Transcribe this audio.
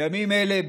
בימים אלה,